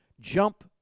jump